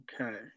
Okay